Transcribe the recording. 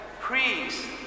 priests